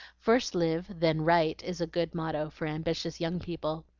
first live, then write is a good motto for ambitious young people.